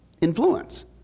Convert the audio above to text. influence